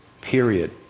period